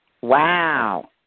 Wow